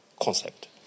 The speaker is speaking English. concept